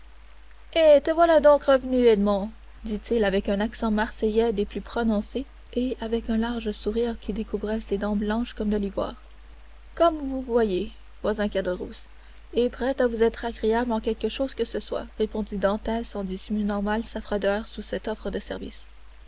eh te voilà donc revenu edmond dit-il avec un accent marseillais des plus prononcés et avec un large sourire qui découvrait ses dents blanches comme de l'ivoire comme vous voyez voisin caderousse et prêt à vous être agréable en quelque chose que ce soit répondit dantès en dissimulant mal sa froideur sous cette offre de service